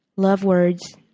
love words,